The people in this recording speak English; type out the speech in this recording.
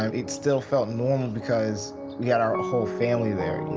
um it still felt normal because we got our ah whole family there, you